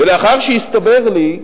ולאחר שהסתבר לי שבעצם,